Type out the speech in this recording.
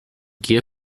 gier